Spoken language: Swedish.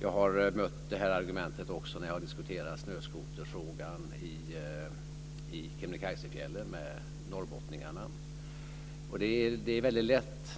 Jag har mött detta argument också när jag har diskuterat snöskoterfrågan i Kebnekaisefjällen med norrbottningarna.